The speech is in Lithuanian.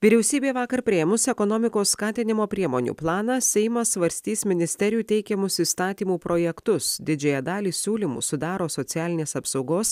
vyriausybė vakar priėmusi ekonomikos skatinimo priemonių planą seimas svarstys ministerijų teikiamus įstatymų projektus didžiąją dalį siūlymų sudaro socialinės apsaugos